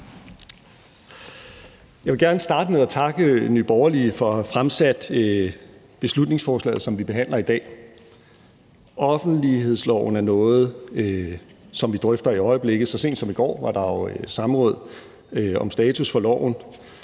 Jeg vil gerne starte med at takke Nye Borgerlige for at have fremsat beslutningsforslaget, som vi behandler i dag. Offentlighedsloven er noget, som vi drøfter i øjeblikket. Så sent som i går var der et samråd om status for loven,